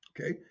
Okay